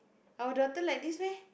our daughter like this meh